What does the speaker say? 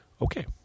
Okay